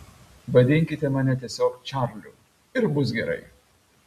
vadinkite mane tiesiog čarliu ir bus gerai